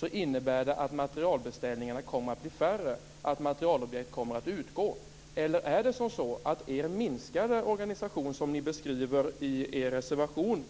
kommer materielbeställningarna att bli färre och materielobjekt att utgå, Ola Karlsson. Eller behövs det även i den minskade organisation som ni tydligt beskriver i er reservation